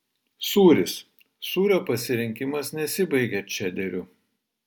sūris sūrio pasirinkimas nesibaigia čederiu